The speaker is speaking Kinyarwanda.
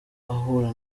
ahura